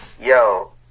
Yo